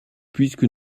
puisque